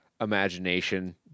imagination